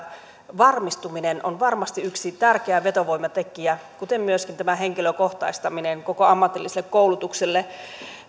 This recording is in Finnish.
varmistuminen on varmasti yksi tärkeä vetovoimatekijä kuten myöskin tämä henkilökohtaistaminen koko ammatilliselle koulutukselle